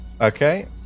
Okay